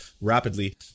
rapidly